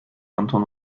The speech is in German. anton